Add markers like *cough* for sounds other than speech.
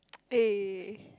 *noise* eh